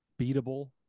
beatable